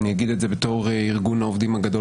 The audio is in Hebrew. אני אגיד את זה בתור ארגון העובדים הגדול